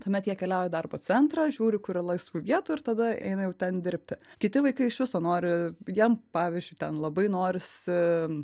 tuomet jie keliauja į darbo centrą žiūri kur yra laisvų vietų ir tada eina jau ten dirbti kiti vaikai iš viso nori jiem pavyzdžiui ten labai norisi